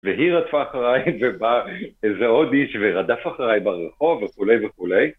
והיא רדפה אחריי ובא איזה עוד איש ורדף אחריי ברחוב וכולי וכולי.